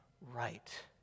right